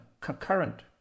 concurrent